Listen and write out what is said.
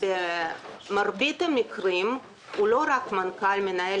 במרבית המקרים מנכ"ל הוא לא רק מנהל